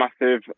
massive